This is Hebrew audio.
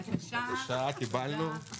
אני מגישה את ההסתייגויות שלנו להצעת החוק הראשונה.